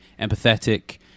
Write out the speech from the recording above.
empathetic